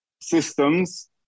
systems